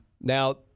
Now